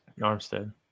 Armstead